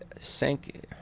sank